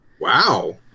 Wow